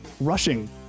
rushing